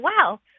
wow